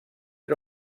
que